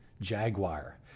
Jaguar